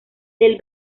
del